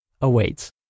awaits